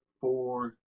four